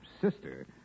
sister